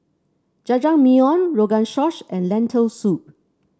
Jajangmyeon Rogan Josh and Lentil Soup